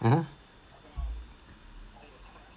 (uh huh)